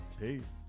Peace